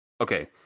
Okay